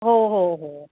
हो हो हो